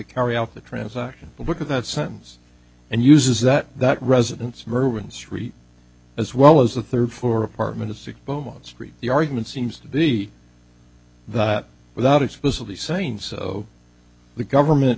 carry out the transaction look at that sentence and uses that that residence mervyn street as well as the third floor apartment of six beaumont street the argument seems to be that without explicitly saying so the government